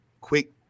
Quick